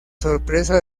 sorpresa